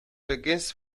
begins